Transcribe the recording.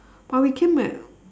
but we came at